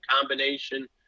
combination